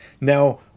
now